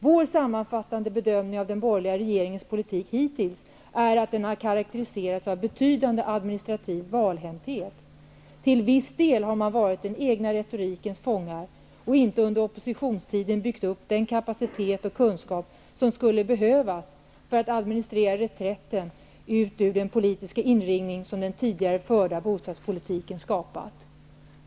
Vår sammanfattande bedömning av den borgerliga regeringens politik hittills är att den karaktäriserats av betydande administrativ valhänthet. Till viss del har man varit den egna retorikens fångar och inte under oppositionstiden byggt upp den kapacitet och kunskap som skulle behövas för att administrera reträtten ut ur den politiska inringning som den tidigare förda bostadspolitiken skapat.''